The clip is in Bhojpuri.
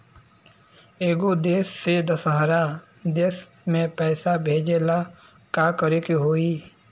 एगो देश से दशहरा देश मे पैसा भेजे ला का करेके होई?